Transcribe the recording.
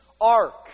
Ark